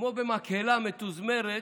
כמו במקהלה מתוזמרת,